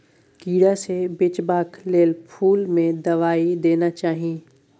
कीड़ा सँ बचेबाक लेल फुल में दवाई देना चाही